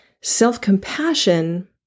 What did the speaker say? Self-compassion